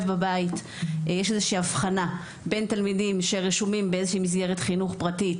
יש איזו שהיא אבחנה בין תלמידים שלומדים במסגרת חינוך פרטית